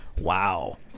Wow